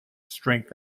strength